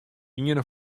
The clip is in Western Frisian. iene